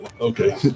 okay